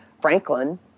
franklin